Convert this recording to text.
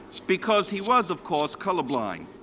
because he was, of course, color blind.